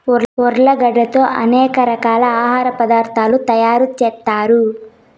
ఉర్లగడ్డలతో అనేక రకాల ఆహార పదార్థాలు తయారు చేత్తారు